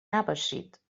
نباشید